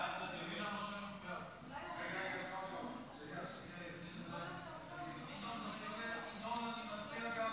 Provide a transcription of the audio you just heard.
ההצעה להעביר את הצעת חוק הפיקוח על שירותים פיננסיים (קופות